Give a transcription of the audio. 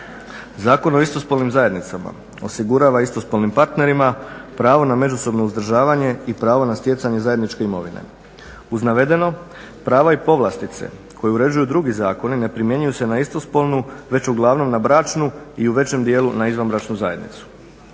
Zakon o istospolnim zajednicama osigurava istospolnim partnerima pravo na međusobno uzdržavanje i pravo na stjecanje zajedničke imovine. Uz navedeno, prava i povlastice koje uređuju drugi zakoni ne primjenjuju se na istospolnu već uglavnom na bračnu i u većem dijelu na izvanbračnu zajednicu.